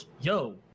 yo